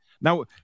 Now